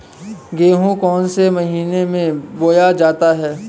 गेहूँ कौन से महीने में बोया जाता है?